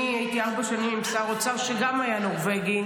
אני הייתי ארבע שנים עם שר אוצר שגם היה נורבגי.